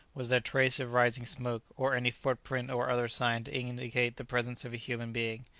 was there trace of rising smoke, or any footprint or other sign to indicate the presence of a human being.